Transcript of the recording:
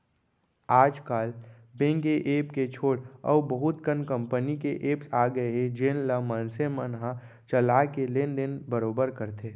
आज काल बेंक के ऐप के छोड़े अउ बहुत कन कंपनी के एप्स आ गए हे जेन ल मनसे मन ह चला के लेन देन बरोबर करथे